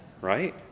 right